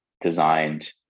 designed